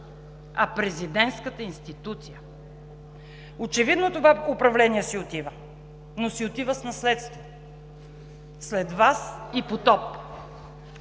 а президентската институция. Очевидно това управление си отива, но си отива с наследство – след Вас и потоп.